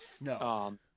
No